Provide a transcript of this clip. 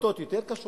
החלטות יותר קשות